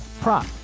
prop